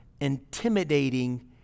intimidating